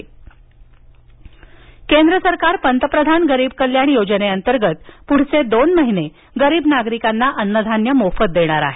अन्न योजना केंद्र सरकार पंतप्रधान गरीब कल्याण योजने अंतर्गत पुढचे दोन महिने गरीबनागरिकांना अन्नधान्य मोफत देणार आहे